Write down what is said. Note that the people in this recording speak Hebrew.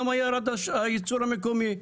למה ירד הייצור המקומי,